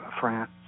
France